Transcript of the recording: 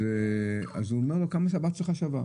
אז הוא אמר לו כמה שהבת שלך שווה,